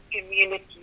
community